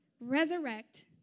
resurrect